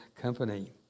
company